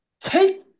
Take